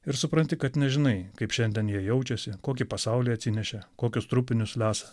ir supranti kad nežinai kaip šiandien jie jaučiasi kokį pasaulį atsinešė kokius trupinius lesa